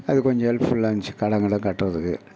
அது கொஞ்சம் ஹெல்ப்ஃபுல்லாக இருந்துச்சு கடன் கிடன் கட்டுறதுக்கு